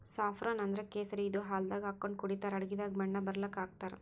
saffron ಅಂದ್ರ ಕೇಸರಿ ಇದು ಹಾಲ್ದಾಗ್ ಹಾಕೊಂಡ್ ಕುಡಿತರ್ ಅಡಗಿದಾಗ್ ಬಣ್ಣ ಬರಲಕ್ಕ್ ಹಾಕ್ತಾರ್